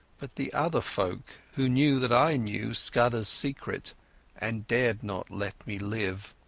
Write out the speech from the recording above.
but the other folk, who knew that i knew scudderas secret and dared not let me live.